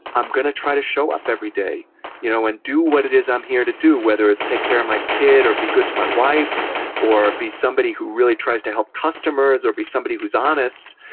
i'm going to try to show up every day you know and do what it is i'm here to do. whether it's take care my kid or be good to my wife or be somebody who really tries to help customers or be somebody who's honest,